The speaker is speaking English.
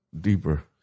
deeper